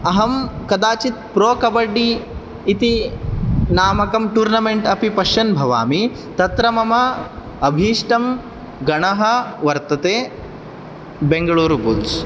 अहं कदाचित् प्रोकबड्डी इति नामकं टूर्णामेण्ट् अपि पश्यन् भवामि तत्र मम अभीष्टं गणः वर्तते बेङ्गलुरु बुल्स्